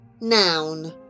Noun